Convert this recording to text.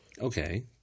Okay